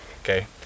Okay